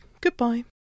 Goodbye